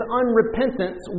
unrepentance